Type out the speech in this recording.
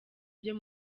byo